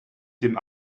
dem